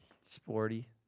sporty